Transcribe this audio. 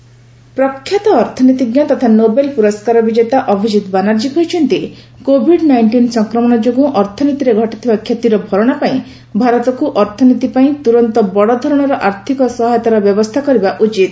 India stimulus package ପ୍ରଖ୍ୟାତ ଅର୍ଥନୀତିଜ୍ଞ ତଥା ନୋବେଲ ପୁରସ୍କାର ବିଜେତା ଅଭିଜିତ ବାନାର୍ଜୀ କହିଛନ୍ତି କୋଭିଡ ନାଇଷ୍ଟିନ୍ ସଂକ୍ରମଣ ଯୋଗୁଁ ଅର୍ଥନୀତିରେ ଘଟିଥିବା କ୍ଷତିର ଭରଣା ପାଇଁ ଭାରତକୁ ଅର୍ଥନୀତି ପାଇଁ ତୁରନ୍ତ ବଡ଼ଧରଣର ଆର୍ଥିକ ସହାୟତାର ବ୍ୟବସ୍ଥା କରିବା ଉଚିତ